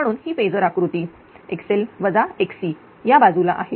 म्हणून हि फेजर आकृती I या बाजूला आहे